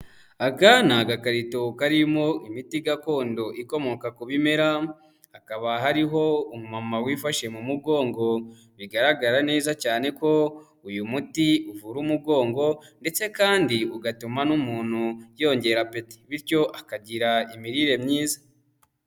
Aka ni agakarito karimo imiti gakondo ikomoka ku bimera, hakaba hariho umumama wifashe mu mugongo, bigaragara neza cyane ko uyu muti avura umugongo ndetse kandi ugatuma n'umuntu yiyongera apetit bityo akagira imirire myiza.